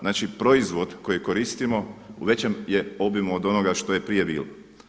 Znači proizvod koji koristimo u većem je obimu od onoga što je prije bilo.